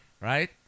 right